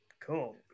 Cool